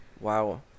wow